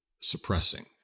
suppressing